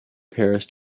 paris